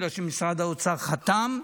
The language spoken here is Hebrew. בגלל שמשרד האוצר חתם,